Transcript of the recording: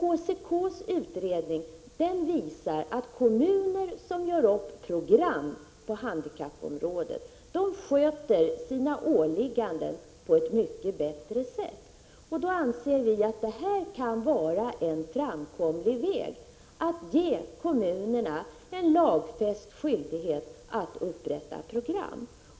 HCK:s utredning visar att kommuner som gör upp program på handikappområdet sköter sina åligganden på ett mycket bättre sätt än andra. Vi anser att detta kan vara en framkomlig väg: att ge kommunerna en lagfäst skyldighet att upprätta program.